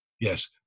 Yes